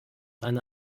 eine